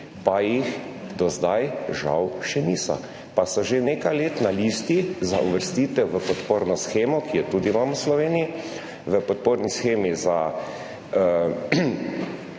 pa jih do zdaj žal še niso in so že nekaj let na listi za uvrstitev v podporno shemo, ki jo imamo tudi v Sloveniji. V podporni shemi za